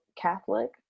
catholic